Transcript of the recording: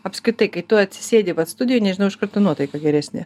apskritai kai tu atsisėdi vat studijoj nežinau iš karto nuotaika geresnė